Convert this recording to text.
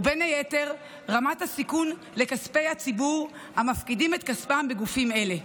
ובין היתר רמת הסיכון לכספי הציבור המפקידים את כספם בגופים אלה.